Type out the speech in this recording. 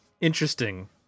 Interesting